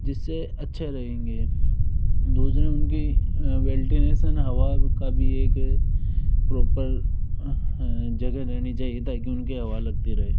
जिससे अच्छे रहेंगे दूसरा उनकी वेंटिलेशन हवा का भी एक प्रॉपर जगह रहनी चाहिए ताकि उनको हवा भी लगती रहे